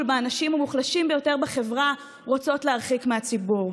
באנשים המוחלשים ביותר בחברה רוצות להרחיק מהציבור.